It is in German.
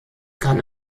kann